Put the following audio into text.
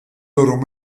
loro